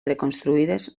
reconstruïdes